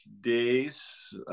days